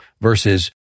versus